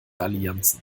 allianzen